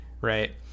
right